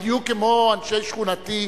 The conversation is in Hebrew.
בדיוק כמו אנשי שכונתי,